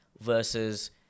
versus